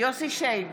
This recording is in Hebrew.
יוסף שיין,